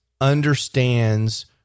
understands